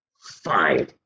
fine